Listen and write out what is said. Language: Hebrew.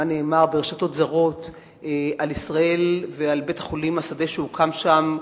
מה נאמר ברשתות זרות על ישראל ועל בית-חולים השדה שהוקם שם,